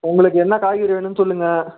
உங்களுக்கு என்ன காய்கறி வேணும்னு சொல்லுங்கள்